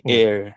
air